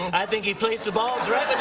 i think he placed the balls right